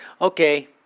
okay